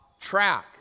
track